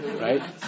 Right